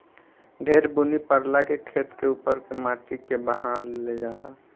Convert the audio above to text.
ढेर बुनी परला से खेत के उपर के माटी के बहा ले जाला